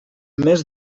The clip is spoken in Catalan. més